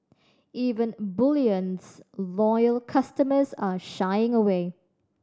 even bullion's loyal customers are shying away